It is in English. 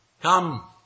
Come